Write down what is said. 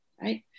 right